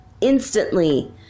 instantly